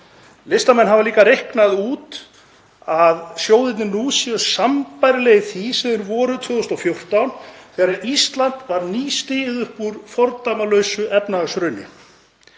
Listamenn hafa líka reiknað út að sjóðirnir nú séu sambærilegir því sem þeir voru 2014 þegar Ísland var nýstigið upp úr fordæmalausu efnahagshruni.